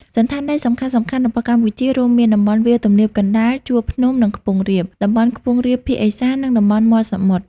សណ្ឋានដីសំខាន់ៗរបស់កម្ពុជារួមមាន តំបន់វាលទំនាបកណ្តាល ជួរភ្នំ និងខ្ពង់រាប តំបន់ខ្ពង់រាបភាគឦសាន និងតំបន់មាត់សមុទ្រ។